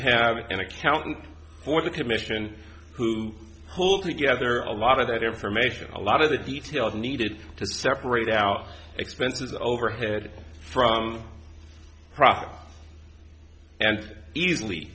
have an accountant for the commission who pull together a lot of that information a lot of the details are needed to separate out expenses overhead from profit and easily